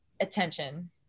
attention